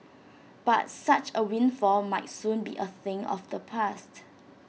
but such A windfall might soon be A thing of the past